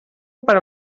per